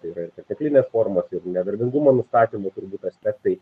tai yra ir perteklinės formos ir nedarbingumo nustatymų turbūt aspektai